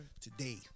Today